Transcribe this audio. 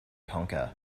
conquer